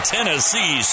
Tennessee